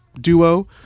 Duo